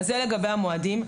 זה לגבי המועדים.